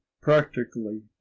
practically